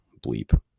bleep